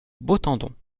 beautendon